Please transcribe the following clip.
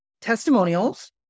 testimonials